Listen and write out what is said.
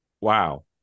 wow